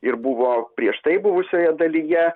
ir buvo prieš tai buvusioje dalyje